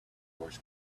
wars